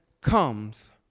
comes